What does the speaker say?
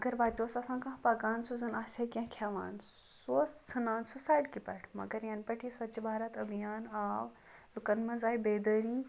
اگر وَتہِ اوس آسان کانٛہہ پَکان سُہ زَن آسہہَ کینٛہہ کھیٚوان سُہ اوس ژھٕنان سُہ سَڑکہِ پیٚٹھ مگر یَنہٕ پیٚٹھ یہِ سوچھ بھارت أبھیان آو لُکَن مَنٛز آیہِ بے دٲری